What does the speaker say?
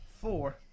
four